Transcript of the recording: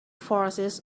forces